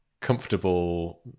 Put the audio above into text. comfortable